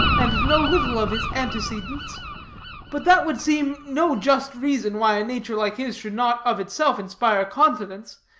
and know little of his antecedents but that would seem no just reason why a nature like his should not of itself inspire confidence.